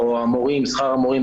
או שכר המורים,